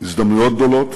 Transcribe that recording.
הזדמנויות גדולות,